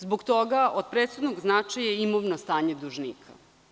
Zbog toga, od presudnog značaja je imovno stanje dužnika.